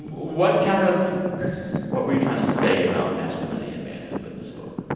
what kind of what were you trying to say about masculinity and manhood with this book?